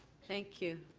thank you.